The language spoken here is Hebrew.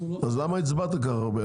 אז למה הצבעת כל כך הרבה?